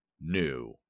new